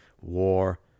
war